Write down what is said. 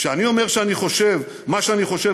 כשאני אומר מה שאני חושב,